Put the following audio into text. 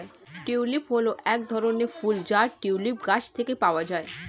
tulip হল এক ধরনের ফুল যা টিউলিপ গাছ থেকে পাওয়া যায়